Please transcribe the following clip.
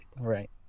right